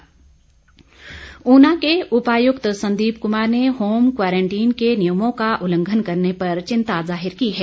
ऊना उपायुक्त ऊना के उपायुक्त संदीप कुमार ने होम क्वारंटीन के नियमों का उल्लंघन करने पर चिंता जाहिर की है